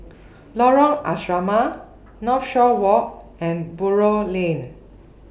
Lorong Asrama Northshore Walk and Buroh Lane